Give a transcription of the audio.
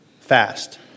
fast